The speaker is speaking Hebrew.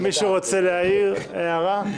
מישהו רוצה להעיר הערה?